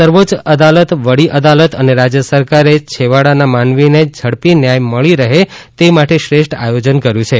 સર્વોચ્ય અદાલત વડી અદાલત અને રાજ્ય સરકારે છેવાડાના માનવીને ઝડપી ન્યાય મળી રહે તે માટે શ્રેષ્ઠ આયોજન કર્યૂં છે